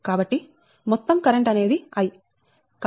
కాబట్టి మొత్తం కరెంట్ అనేది I